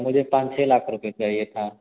मुझे पाँच छः लाख रुपये चाहिए था